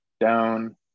down